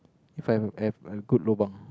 if I'm have a good lobang